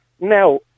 Now